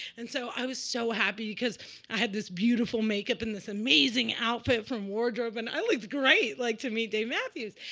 and so i was so happy, because i had this beautiful makeup and this amazing outfit from wardrobe. and i looked great, like to meet dave matthews.